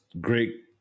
great